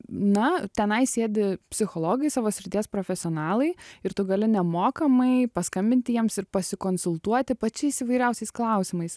na tenai sėdi psichologai savo srities profesionalai ir tu gali nemokamai paskambinti jiems ir pasikonsultuoti pačiais įvairiausiais klausimais